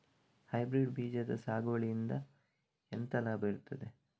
Hybrid ಬೀಜದ ಸಾಗುವಳಿಯಿಂದ ಎಂತ ಲಾಭ ಇರ್ತದೆ?